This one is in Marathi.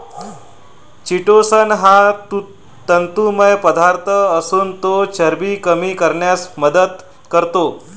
चिटोसन हा तंतुमय पदार्थ असून तो चरबी कमी करण्यास मदत करतो